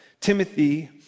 Timothy